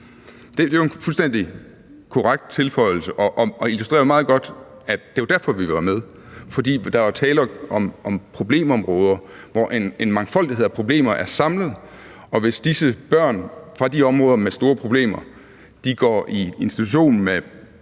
jo en fuldstændig korrekt tilføjelse og illustrerer meget godt, at det jo var derfor, vi var med. Der var tale om problemområder, hvor en mangfoldighed af problemer er samlet, og hvis disse børn fra de områder med store problemer går i institution med